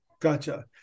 Gotcha